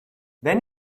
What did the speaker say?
then